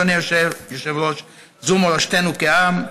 אדוני היושב-ראש: זו מורשתנו כעם,